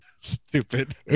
Stupid